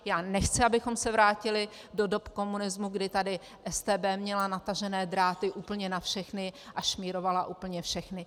Já nechci, abychom se vrátili do doby komunismu, kdy tady StB měla natažené dráty úplně na všechny a šmírovala úplně všechny.